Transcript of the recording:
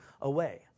away